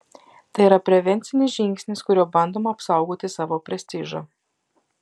tai yra prevencinis žingsnis kuriuo bandoma apsaugoti savo prestižą